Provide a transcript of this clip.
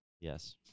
Yes